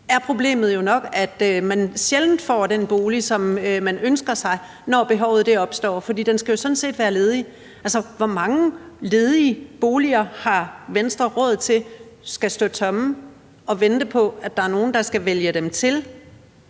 problemet jo nok, at man sjældent får den bolig, som man ønsker sig, når behovet opstår, for den skal jo sådan set være ledig. Altså, hvor mange ledige boliger har Venstre råd til skal stå tomme og vente på, at der er nogen, der skal vælge dem til?